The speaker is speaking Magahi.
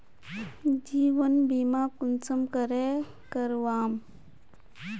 जीवन बीमा कुंसम करे करवाम?